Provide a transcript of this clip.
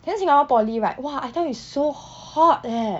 then singapore polytechnic right !wah! I tell you it's so hot leh